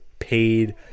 paid